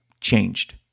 changed